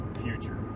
future